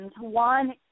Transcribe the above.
One